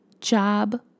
job